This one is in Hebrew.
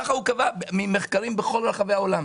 כך קבעו מחקרים בכל העולם.